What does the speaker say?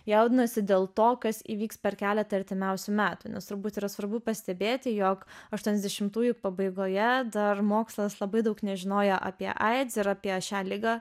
jaudinosi dėl to kas įvyks per keletą artimiausių metų nes turbūt yra svarbu pastebėti jog aštuoniasdešimtųjų pabaigoje dar mokslas labai daug nežinojo apie aids ir apie šią ligą